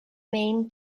main